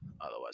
Otherwise